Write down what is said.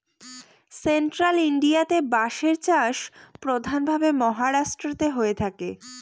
central ইন্ডিয়াতে বাঁশের চাষ প্রধান ভাবে মহারাষ্ট্রেতে হয়ে থাকে